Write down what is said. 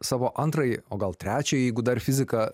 savo antrąjį o gal trečiąjį jeigu dar fiziką